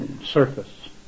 surface